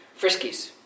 Friskies